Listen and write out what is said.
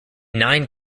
nine